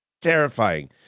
terrifying